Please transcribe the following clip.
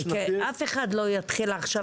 אף אחד לא יתחיל עכשיו לזכור וזה.